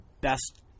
best